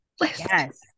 Yes